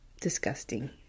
disgusting